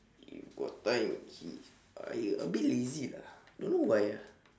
if got time he I a bit lazy lah don't know why ah